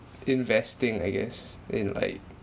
investing I guess in like